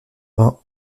vingt